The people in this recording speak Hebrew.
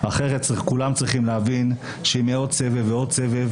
אחרת כולם צריכים להבין שאם יהיה עוד סבב ועוד סבב,